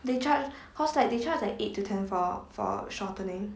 they charge because like they charge like eight to ten for for shortening